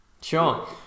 Sure